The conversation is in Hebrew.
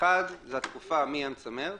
אחד - התקופה מאמצע מרץ,